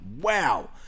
wow